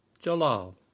Jalal